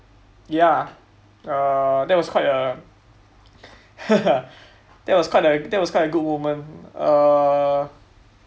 ya err that was quite a that was quite a that was quite a good moment err